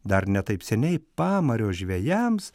dar ne taip seniai pamario žvejams